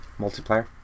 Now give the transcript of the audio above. multiplayer